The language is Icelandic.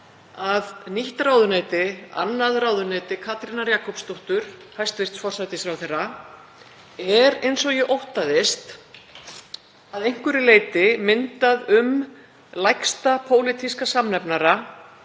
að nýtt ráðuneyti, annað ráðuneyti Katrínar Jakobsdóttur, hæstv. forsætisráðherra, er, eins og ég óttaðist, að einhverju leyti myndað um lægsta pólitíska samnefnara